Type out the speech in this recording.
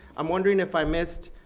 i'm wondering if i missed,